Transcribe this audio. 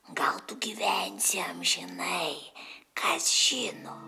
gal tu gyvensi amžinai kas žino